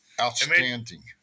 Outstanding